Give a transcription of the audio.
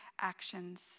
actions